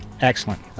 Excellent